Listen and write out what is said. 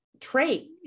trait